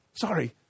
Sorry